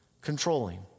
controlling